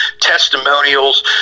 testimonials